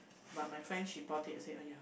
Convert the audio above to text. but my friend she bought it I said !aiya!